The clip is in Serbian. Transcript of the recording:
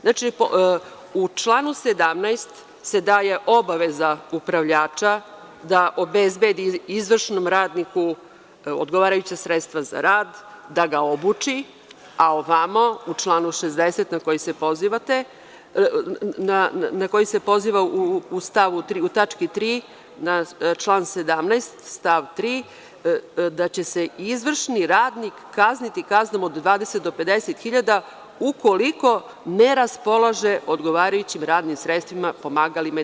Znači, u članu 17. se daje obaveza upravljača da obezbedi izvršnom radniku odgovarajuća sredstva za rad, da ga obuči, a ovamo, u članu 60. na koji se poziva u tački 3, na član 17, stav 3. da će se izvršni radnik kazniti kaznom od 20 do 50 hiljada ukoliko ne raspolaže odgovarajućim radnim sredstvima, pomagalima itd.